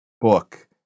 book